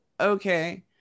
okay